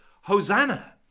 Hosanna